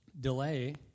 delay